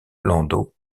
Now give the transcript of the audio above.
landau